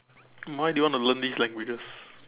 why do you want to learn these languages